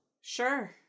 Sure